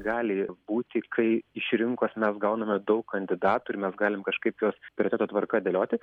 gali būti kai iš rinkos mes gauname daug kandidatų ir mes galim kažkaip juos prioriteto tvarka dėlioti